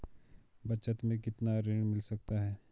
बचत मैं कितना ऋण मिल सकता है?